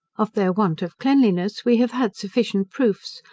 of their want of cleanliness we have had sufficient proofs,